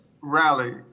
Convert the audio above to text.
rally